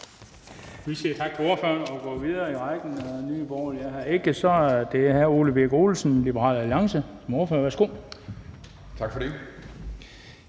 Tak for det.